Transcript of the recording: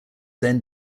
then